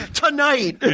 tonight